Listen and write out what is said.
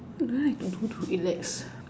what do I do to relax